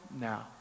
now